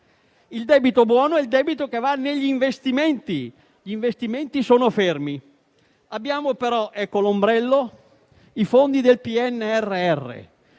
Il debito buono è quello che va negli investimenti e gli investimenti sono fermi. Abbiamo però - ecco l'ombrello - i fondi del PNRR,